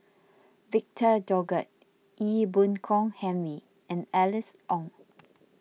Victor Doggett Ee Boon Kong Henry and Alice Ong